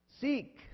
Seek